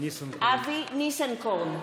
אבי ניסנקורן,